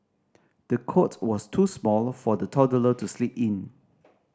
the cot was too small for the toddler to sleep in